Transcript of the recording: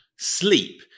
sleep